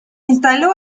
instaló